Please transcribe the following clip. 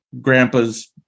Grandpa's